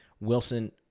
Wilson